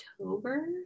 October